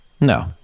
No